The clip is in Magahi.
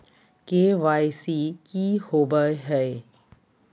के.वाई.सी की हॉबे हय?